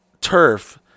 turf